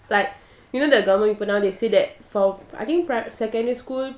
like you know the government people now they say that for I think pri~ secondary school